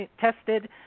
tested